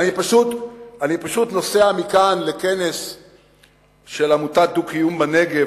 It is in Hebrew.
אני פשוט נוסע מכאן לכנס של עמותת דו-קיום בנגב,